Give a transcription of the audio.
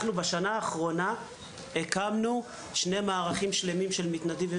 בשנה האחרונה הקמנו שני מערכי מתנדבים שלמים,